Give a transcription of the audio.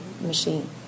machine